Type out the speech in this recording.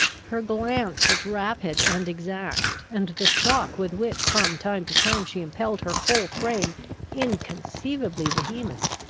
her glance was rapid and exact, and the shock with which from time to time she impelled her whole frame inconceivably vehement.